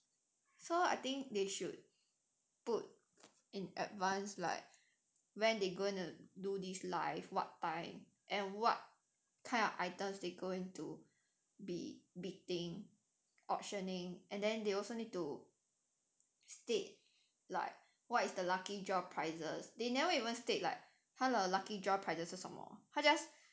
so I think they should put in advance like when they going to do this live what time and what kind of items they going to be bidding auctioning and then they also need to state like what is the lucky draw prizes they never even state like 他的 lucky draw prizes 是什么他 just